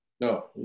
No